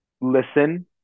Listen